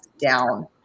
down